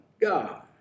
God